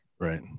right